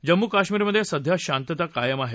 जम्मू कश्मीरमधे सध्या शांतता कायम आहे